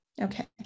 okay